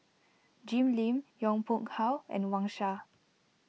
Jim Lim Yong Pung How and Wang Sha